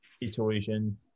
iteration